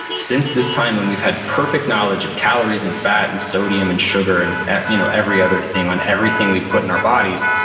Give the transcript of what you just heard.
since this time when we've had perfect knowledge of calories and fat and sodium and sugar and you know every other thing on everything we put in our bodies,